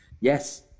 yes